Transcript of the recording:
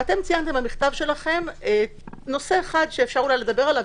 אתם ציינתם במכתב שלכם נושא אחד שאפשר לדבר עליו